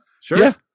Sure